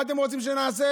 מה אתם רוצים שנעשה?